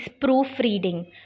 proofreading